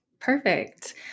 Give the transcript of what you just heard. Perfect